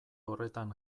horretan